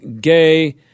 gay